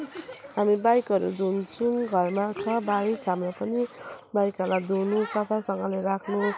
हामी बाइकहरू धुन्छौँ घरमा छ बाइक हाम्रो पनि बाइकहरूलाई धुनु सफासँगले राख्नु